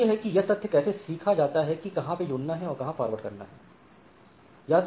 प्रश्न यह है कि यह तथ्य कैसे सीखा जाता है कि कहां पे जुड़ना है और कहां फॉरवर्ड करना है